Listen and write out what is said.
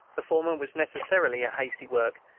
the former was necessarily a hasty work,